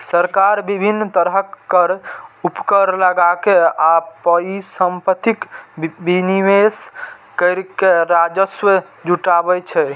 सरकार विभिन्न तरहक कर, उपकर लगाके आ परिसंपत्तिक विनिवेश कैर के राजस्व जुटाबै छै